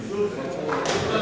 Hvala